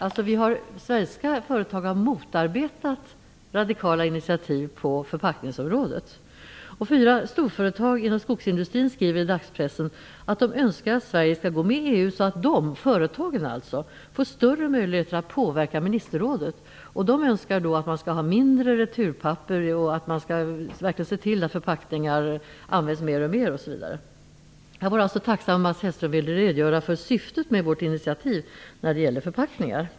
Ett svenskt företag har motarbetat radikala initiativ på förpackningsområdet, och fyra storföretagare inom skogsindustrin skriver i dagspressen att de önskar att Sverige skall gå med i EU så att de, företagen alltså, får större möjligheter att påverka ministerrådet. De önskar mindre användning av returpapper, att man verkligen skall se till att förpackningar används mer och mer, osv. Jag vore tacksam om Mats Hellström ville redogöra för syftet med vårt initiativ när det gäller förpackningar.